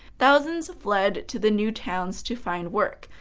thousands fled to the new towns to find work,